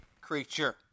creature